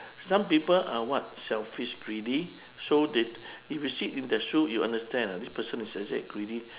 some people are what selfish greedy so they if you sit in the shoe you understand this person is let's say greedy